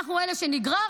אנחנו אלה שנגררנו.